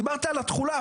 דיברת על התחולה,